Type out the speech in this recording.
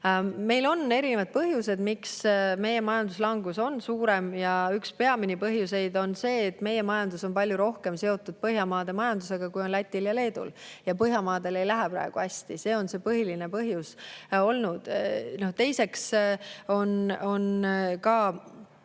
taha. On erinevad põhjused, miks meie majanduslangus on suurem. Üks peamisi põhjuseid on see, et meie majandus on palju rohkem seotud Põhjamaade majandusega kui Lätil ja Leedul ning Põhjamaadel ei lähe praegu hästi. See on olnud põhiline põhjus. Teiseks on ka